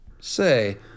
say